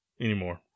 anymore